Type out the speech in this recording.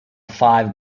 five